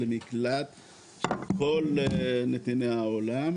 למקלט של כל נתיני העולם,